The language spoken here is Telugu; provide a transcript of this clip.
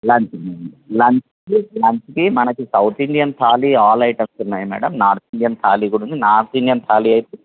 లంచ్ లంచ్కి లంచ్కి మనకి south Indian thali all items ఉన్నాయి మేడం నార్త్ ఇండియన్ తాలీ కూడా ఉంది నార్త్ ఇండియన్ తాలీ అయితే